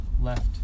left